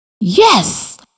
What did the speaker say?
Yes